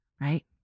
right